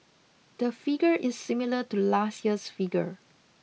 the figure is similar to last year's figure